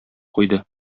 куйды